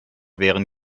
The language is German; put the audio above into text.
wären